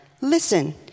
listen